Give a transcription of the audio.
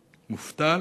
מובטל,